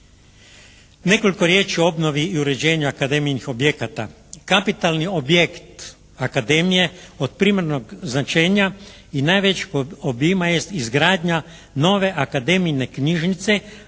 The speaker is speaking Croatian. Nekoliko riječi o obnovi i uređenju Akademijinih objekata. Kapitalni objekt Akademije od primarnog značenja i najvećeg obijma jest izgradnja nove Akademijine knjižnice,